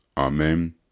Amen